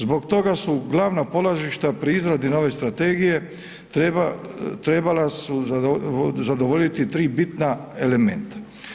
Zbog toga su glavna polazišta pri izradi nove strategije trebala su zadovoljiti 3 bitna elementa.